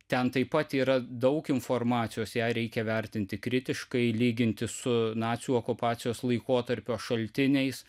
ten taip pat yra daug informacijos ją reikia vertinti kritiškai lyginti su nacių okupacijos laikotarpio šaltiniais